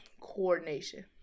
Coordination